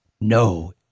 no